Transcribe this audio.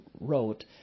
wrote